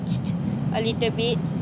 a little bit